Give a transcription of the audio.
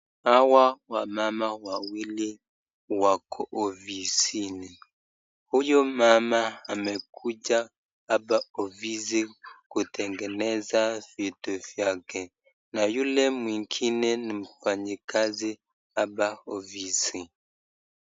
Hawa wamama wawili wako ofisini. Huyu mama amekuja hapa ofisi kutengeneza vitu vyake na yule mwingine ni mfanyikazi hapa ofisi.